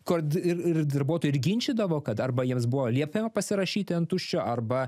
kod ir ir darbuotojai ir ginčydavo kad arba jiems buvo liepė pasirašyti ant tuščio arba